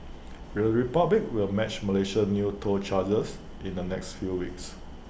the republic will match Malaysia's new toll charges in the next few weeks